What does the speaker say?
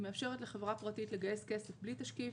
היא מאפשרת לחברה פרטית לגייס כסף בלי תשקיף